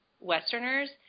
Westerners